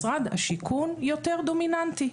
משרד השיכון יותר דומיננטי,